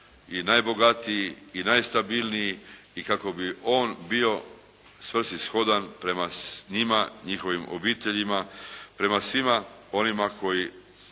i najbogatiji i najstabilniji i kako bi on bio svrsishodan prema njima, njihovim obiteljima, prema svima onima koji